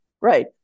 right